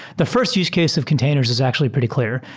the first used case of containers is actually pretty clear.